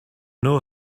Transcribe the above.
know